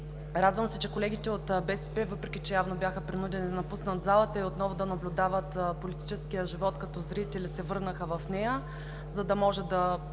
Радвам се, че колегите от БСП, въпреки че бяха принудени да напуснат залата и отново да наблюдават политическия живот като зрители, се върнаха в нея, за да може да